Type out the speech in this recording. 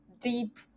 deep